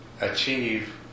achieve